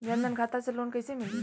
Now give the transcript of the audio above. जन धन खाता से लोन कैसे मिली?